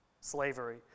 slavery